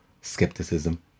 skepticism